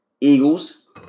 Eagles